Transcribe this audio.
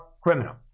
criminal